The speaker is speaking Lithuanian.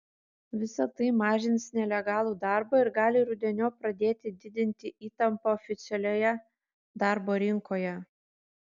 visa tai mažins nelegalų darbą ir gali rudeniop pradėti didinti įtampą oficialioje darbo rinkoje